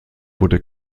wurde